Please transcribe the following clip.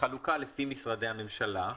בחלוקה לפי משרדי הממשלה,